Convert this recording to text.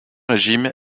régime